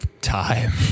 time